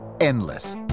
endless